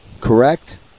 Correct